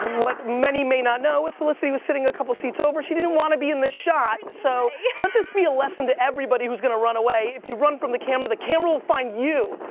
what many may not know is felicity was sitting a couple of seats over. she didn't want to be in the shot so let this be a lesson to everybody whose gonna run away. if you run away the camera the camera will find you.